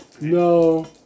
No